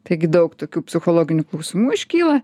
taigi daug tokių psichologinių klausimų iškyla